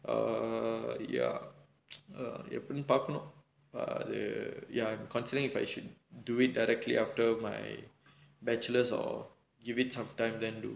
err ya err எப்படினு பாக்கனும் அது:eppadinu paakkanum athu err ya considering if I should do it directly after my bachelors or give it some time then do